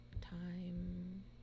time